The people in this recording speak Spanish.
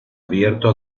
abierto